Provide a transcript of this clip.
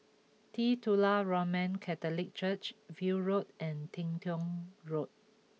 Titular Roman Catholic Church View Road and Teng Tong Road